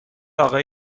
آقای